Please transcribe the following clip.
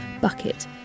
Bucket